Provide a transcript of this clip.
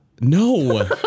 No